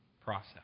process